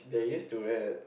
they're used to it